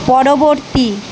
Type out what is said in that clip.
পরবর্তী